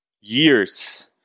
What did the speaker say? years